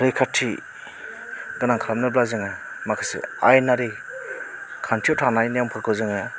रैखाथि गोनां खालामनोब्ला जोङो माखासे आयेनारि खान्थियाव थानाय नेमफोरखौ जोङो